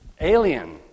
alien